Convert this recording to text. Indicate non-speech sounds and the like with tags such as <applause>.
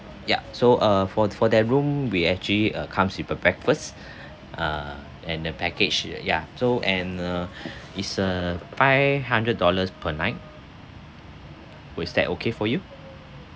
yup so uh for for the room we actually uh comes with a breakfast <breath> ah and the package y~ ya so and uh <breath> it's a five hundred dollars per night was that okay for you